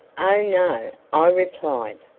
oh, no, i replied,